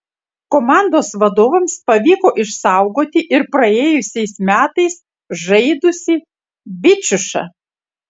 komandos vadovams pavyko išsaugoti ir praėjusiais metais žaidusį bičiušą